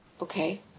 Okay